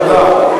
תודה.